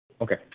Okay